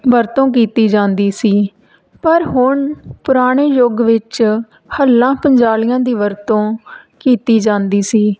ਵਰਤੋਂ ਕੀਤੀ ਜਾਂਦੀ ਸੀ ਪਰ ਹੁਣ ਪੁਰਾਣੇ ਯੁੱਗ ਵਿੱਚ ਹਲਾਂ ਪੰਜਾਲੀਆਂ ਦੀ ਵਰਤੋਂ ਕੀਤੀ ਜਾਂਦੀ ਸੀ